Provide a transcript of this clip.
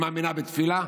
היא מאמינה בתפילה?